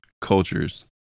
cultures